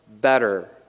better